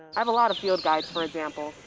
i have a lot of field guides, for example.